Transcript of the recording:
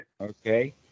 Okay